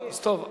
טוב,